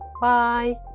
Bye